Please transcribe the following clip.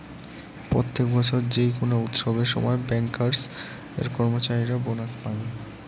প্রত্যেক বছর যেই কোনো উৎসবের সময় ব্যাংকার্স এর কর্মচারীরা বোনাস পাঙ